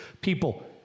People